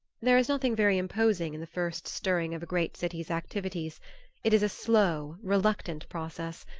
there is nothing very imposing in the first stirring of a great city's activities it is a slow reluctant process,